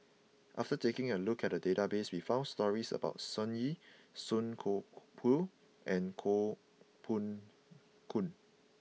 after taking a look at the database we found stories about Sun Yee Song Koon Poh and Koh Poh Koon